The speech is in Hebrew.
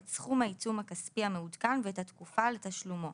את סכום העיצום הכספי המעודכן ואת התקופה לתשלומו.